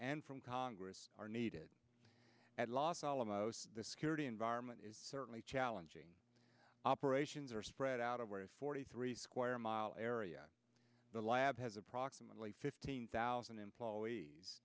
and from congress are needed at los alamos the security environment is certainly challenging operations are spread out over a forty three square mile area the lab has approximately fifteen thousand employees